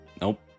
Nope